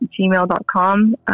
gmail.com